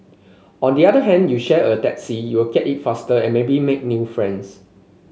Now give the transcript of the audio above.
on the other hand you share a taxi you get it faster and maybe make new friends